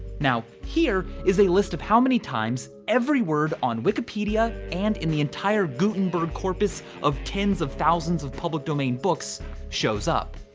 now, here is a list of how many times every word on wikipedia and in the entire gutenberg corpus of tens of thousands of public domain books shows up.